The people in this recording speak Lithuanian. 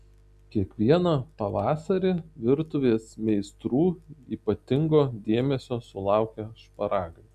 kiekvieną pavasarį virtuvės meistrų ypatingo dėmesio sulaukia šparagai